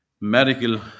medical